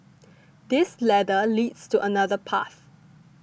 this ladder leads to another path